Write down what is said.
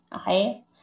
okay